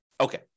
Okay